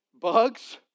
Bugs